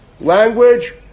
language